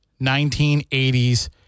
1980s